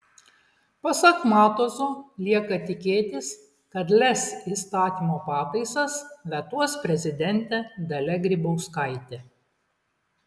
pasak matuzo lieka tikėtis kad lez įstatymo pataisas vetuos prezidentė dalia grybauskaitė